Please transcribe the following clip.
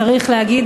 צריך להגיד,